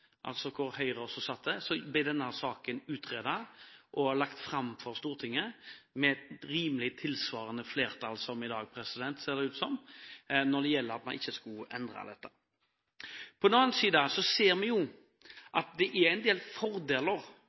altså der – ble denne saken utredet og lagt fram for Stortinget, med et rimelig tilsvarende flertall som i dag, ser det ut som, når det gjelder at man ikke skulle endre dette. På den annen side ser vi jo at det er en del fordeler